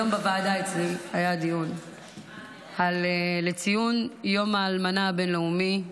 היום היה דיון אצלי בוועדה לציון יום האלמנה הבין-לאומי,